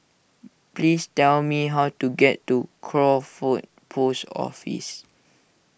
please tell me how to get to Crawford Post Office